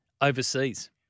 overseas